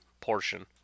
portion